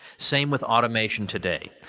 same with automation today.